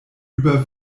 über